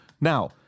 Now